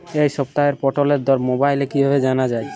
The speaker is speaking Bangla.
এই সপ্তাহের পটলের দর মোবাইলে কিভাবে জানা যায়?